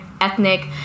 ethnic